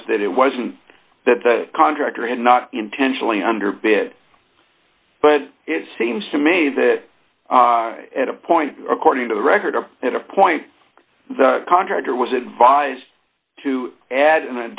was that it wasn't that the contractor had not intentionally underbid but it seems to me that at a point according to the record or at a point the contractor was advised to add an